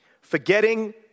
Forgetting